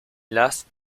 las